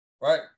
right